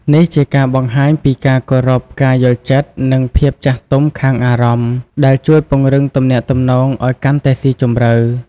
នេះជាការបង្ហាញពីការគោរព ការយល់ចិត្ត និងភាពចាស់ទុំខាងអារម្មណ៍ ដែលជួយពង្រឹងទំនាក់ទំនងឱ្យកាន់តែស៊ីជម្រៅ។